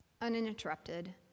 uninterrupted